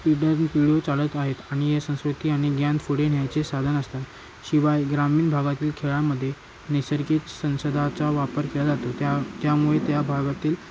पिढ्यान पिढी चालत आहेत आणि या संस्कृती आणि ज्ञान पुढे न्यायचे साधन असतात शिवाय ग्रामीण भागातील खेळांमध्ये नैसर्गिक संसदाचा वापर केला जातो त्या त्यामुळे त्या भागातील